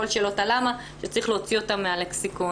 כל שאלות הלמה שצריך להוציא אותן מהלקסיקון.